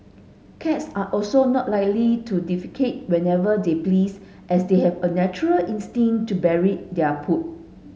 cats are also not likely to defecate wherever they please as they have a natural instinct to bury their poop